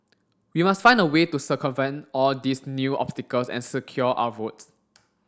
we must find a way to circumvent all these new obstacles and secure our votes